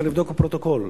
אפשר לבדוק בפרוטוקול,